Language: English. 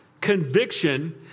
conviction